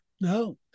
No